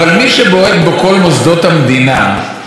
אבל מי שבועט בכל מוסדות המדינה,